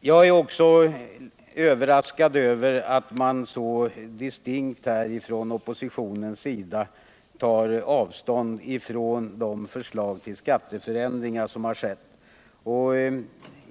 Jag är också överraskad över att man från oppositionens sida tar avstånd från de förslag till skatteförändringar som har lagts fram.